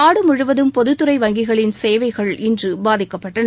நாடு முழுவதும் பொதுத்துறை வங்கிகளின் சேவைகள் இன்ற பாதிக்கப்பட்டன